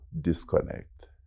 disconnect